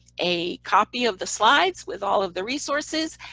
a copy of the slides with all of the resources.